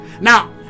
Now